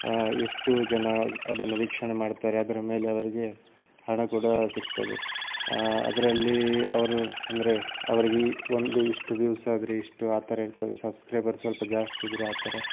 ಎಷ್ಟು ಜನ ಅದನ್ನು ವೀಕ್ಷಣೆ ಮಾಡ್ತಾರೆ ಅದರ ಮೇಲೆ ಅವರಿಗೆ ಹಣ ಕೂಡ ಸಿಗ್ತದೆ ಅದರಲ್ಲಿ ಅವರು ಅಂದರೆ ಅವರಿಗೆ ಈ ಒಂದು ಇಷ್ಟು ವ್ಯೂವ್ಸ್ ಆದರೆ ಇಷ್ಟು ಆ ಥರ ಇರ್ತದೆ ಸಬ್ಸ್ಕ್ರೈಬರ್ ಸ್ವಲ್ಪ ಜಾಸ್ತಿ ಇದ್ದರೆ ಆ ಥರ